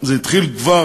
זה התחיל כבר,